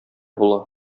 була